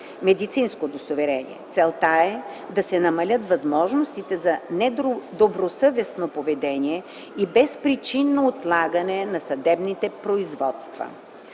медицинско удостоверение. Целта е да се намалят възможностите за недобросъвестно поведение и безпричинно отлагане на съдебни производства.